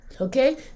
Okay